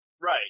Right